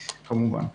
כמובן.